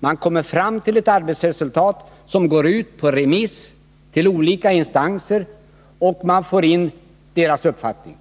Arbetsgruppens resultat gick ut på remiss till olika instanser som redovisade sin uppfattning.